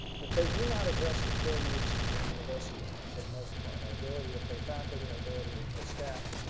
but they do not address the core needs of the university for the most part, our ability to pay faculty, our ability to pay staff,